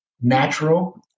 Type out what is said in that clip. natural